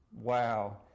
Wow